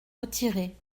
retiré